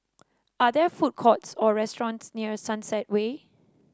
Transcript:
are there food courts or restaurants near Sunset Way